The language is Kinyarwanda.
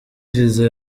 viza